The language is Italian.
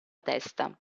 testa